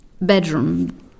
bedroom